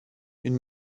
une